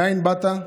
מאין באת,